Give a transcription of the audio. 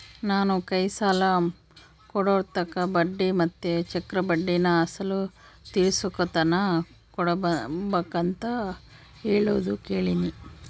ನಾನು ಕೈ ಸಾಲ ಕೊಡೋರ್ತಾಕ ಬಡ್ಡಿ ಮತ್ತೆ ಚಕ್ರಬಡ್ಡಿನ ಅಸಲು ತೀರಿಸೋತಕನ ಕೊಡಬಕಂತ ಹೇಳೋದು ಕೇಳಿನಿ